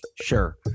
sure